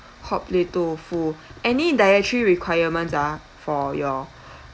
hotplate tofu any dietary requirements ah for your